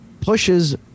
pushes